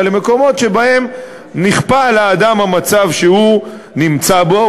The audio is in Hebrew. אלא למקומות שבהם נכפה על האדם המצב שהוא נמצא בו,